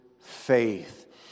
faith